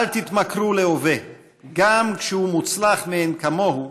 אל תתמכרו להווה גם כשהוא מוצלח מאין כמוהו,